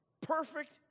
perfect